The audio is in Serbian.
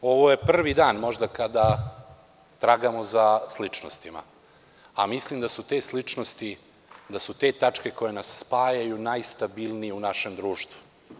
Ovo je prvi dan možda kada tragamo za sličnostima, a mislim da su te sličnosti, da su te tačke koje nas spajaju najstabilnije u našem društvu.